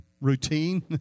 routine